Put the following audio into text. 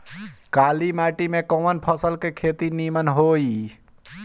काली माटी में कवन फसल के खेती नीमन होई?